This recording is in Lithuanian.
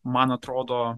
man atrodo